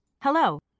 Hello